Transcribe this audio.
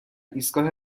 ایستگاه